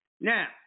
Now